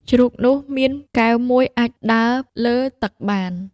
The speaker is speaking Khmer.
ជ្រូកនោះមានកែវមួយអាចដើរលើទឹកបាន។